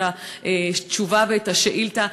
את התשובה על השאילתה.